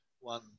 one